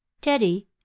teddy